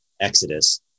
exodus